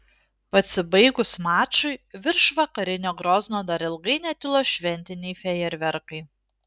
pasibaigus mačui virš vakarinio grozno dar ilgai netilo šventiniai fejerverkai